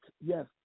yes